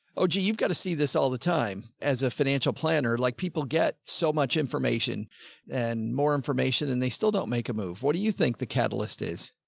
oh, gee. you've got to see this all the time as a financial planner, like people get so much information and more information and they still don't make a move. what do you think the catalyst is.